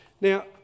Now